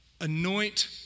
anoint